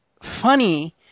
funny